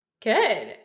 Good